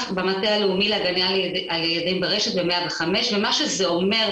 במטה הלאומי להגנה על ילדים ברשת ב-105 ומה שזה אומר,